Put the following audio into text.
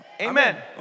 Amen